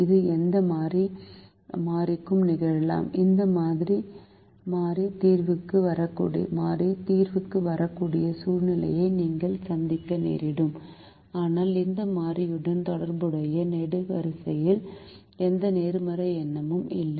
இது எந்த மாறிக்கும் நிகழலாம் இந்த மாறி தீர்வுக்கு வரக்கூடிய சூழ்நிலையை நீங்கள் சந்திக்க நேரிடும் ஆனால் இந்த மாறியுடன் தொடர்புடைய நெடுவரிசையில் எந்த நேர்மறை எண்ணும் இல்லை